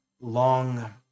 long